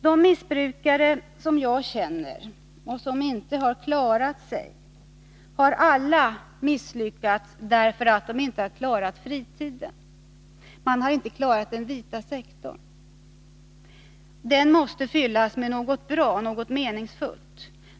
De missbrukare som jag känner och som inte har klarat sig har alla misslyckats därför att de inte klarat fritiden, den vita sektorn. Den måste fyllas med något meningsfullt.